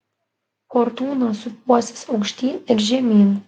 fortūna sūpuosis aukštyn ir žemyn